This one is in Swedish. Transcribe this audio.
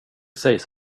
sägs